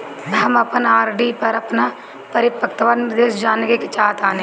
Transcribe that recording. हम अपन आर.डी पर अपन परिपक्वता निर्देश जानेके चाहतानी